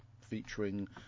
Featuring